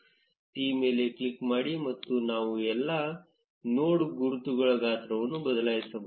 T ಮೇಲೆ click ಮಾಡಿ ಮತ್ತು ನಾವು ಎಲ್ಲಾ ನೋಡ್ ಗುರುತುಗಳ ಗಾತ್ರವನ್ನು ಬದಲಾಯಿಸಬಹುದು